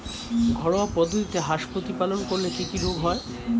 ঘরোয়া পদ্ধতিতে হাঁস প্রতিপালন করলে কি কি রোগ হয়?